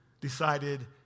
decided